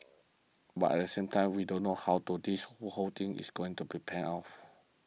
but at the same time we don't know how do this whole thing is going to pan out